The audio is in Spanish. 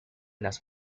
las